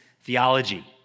theology